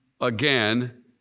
again